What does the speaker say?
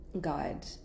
God